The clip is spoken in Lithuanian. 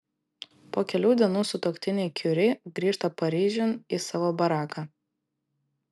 po kelių dienų sutuoktiniai kiuri grįžta paryžiun į savo baraką